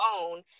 own